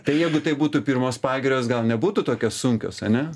tai jeigu tai būtų pirmos pagirios gal nebūtų tokios sunkios ane